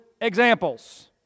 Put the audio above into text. examples